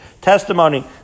testimony